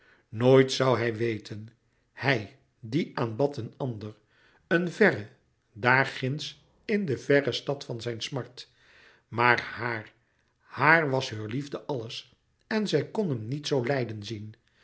noit zoû hij weten hij die aanbad een ander een verre daarginds in de verre stad van zijn smart maar haar haar was heur liefde alles en zij kon hem niet zoo lijden zien